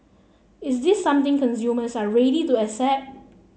is this something consumers are ready to accept